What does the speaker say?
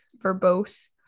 verbose